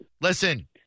Listen